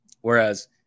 Whereas